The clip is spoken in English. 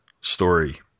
story